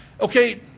Okay